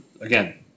again